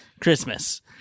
christmas